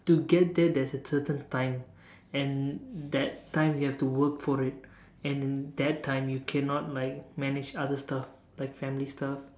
to get there there is a certain time and that time you have to work for it and that time you cannot like manage other stuff like family stuff